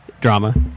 drama